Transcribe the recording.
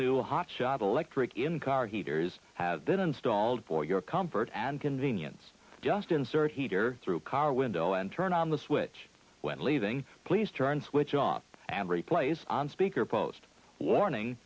new hot shot electric in car heaters have been installed for your comfort and convenience just insert heater through car window and turn on the switch when leaving please turn switch off and replace on speaker post warning